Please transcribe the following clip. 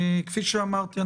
כפי שאמרתי,